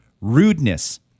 Rudeness